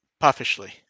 puffishly